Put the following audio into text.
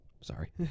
Sorry